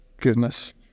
goodness